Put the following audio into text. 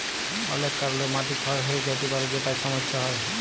অলেক কারলে মাটি ক্ষয় হঁয়ে য্যাতে পারে যেটায় ছমচ্ছা হ্যয়